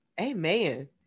Amen